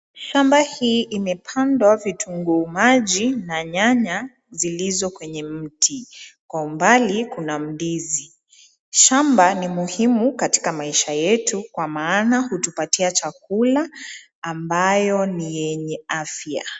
Shamba hii imepandwa vitunguu maji na nyanya zilizo kwenye mti. Kwa umbali kuna ndizi. Shamba ni muhimu katika maisha yetu kwa maana hutupatia chakula ambayo ni yenye afya.